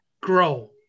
grow